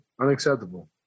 Unacceptable